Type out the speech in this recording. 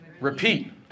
repeat